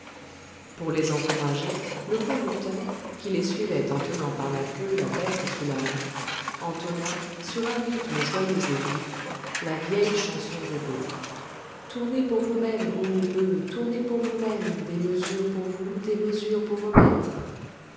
pour les encourager le conducteur qui les suivait en tenant par la queue la bête sous la main entonna sur un rythme joyeux et vif la vieille chanson des bœufs tournez pour vous-mêmes à bœufs tournez pour vous-mêmes des mesures pour vous des mesures pour vos maîtres